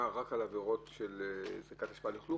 רק על עבירות של השלכת אשפה ולכלוך,